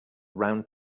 round